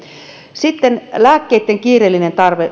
sitten lääkkeitten kiireellinen tarve